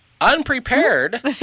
unprepared